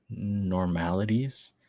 normalities